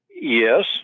Yes